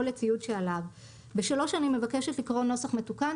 לציוד שעליו; ב-(3) אני מבקשת לקרוא נוסח מתוקן,